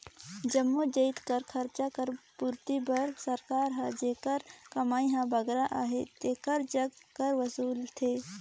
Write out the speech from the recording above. जम्मो जाएत कर खरचा कर पूरती बर सरकार हर जेकर कमई हर बगरा अहे तेकर जग कर वसूलथे